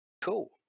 Cool